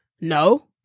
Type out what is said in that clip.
no